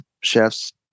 chefs